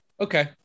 Okay